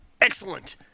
Excellent